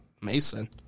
Mason